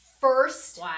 first